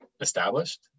established